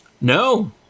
No